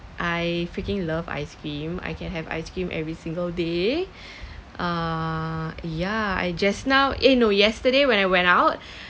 I freaking love ice cream I can have ice cream every single day uh ya I just now eh no yesterday when I went out